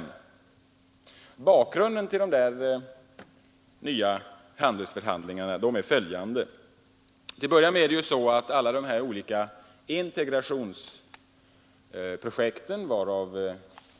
Vad beträffar bakgrunden till dessa nya handelsförhandlingar är det bl.a. så att alla de olika integrationsprojekten — varav